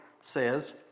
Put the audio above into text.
says